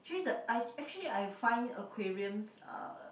actually the I actually I find aquariums uh